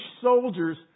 soldiers